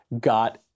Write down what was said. got